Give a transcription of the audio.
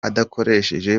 abakoresha